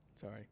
Sorry